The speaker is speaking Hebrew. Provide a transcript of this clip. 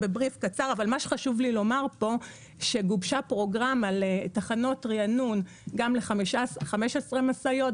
אבל מה שחשוב לי לומר פה הוא שגובשה פרוגרמה לתחנות ריענון ל-15 משאיות,